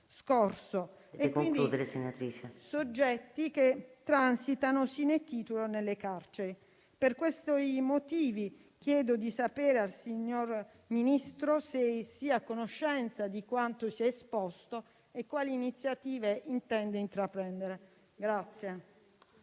scorso, e quindi soggetti che transitano *sine titulo* nelle carceri. Per questi motivi, chiedo di sapere dal signor Ministro se sia a conoscenza di quanto esposto e quali iniziative intenda intraprendere.